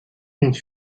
une